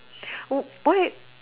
oh why